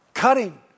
Cutting